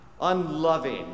unloving